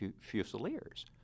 Fusiliers